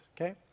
okay